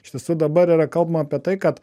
iš tiesų dabar yra kalbama apie tai kad